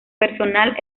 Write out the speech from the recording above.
personal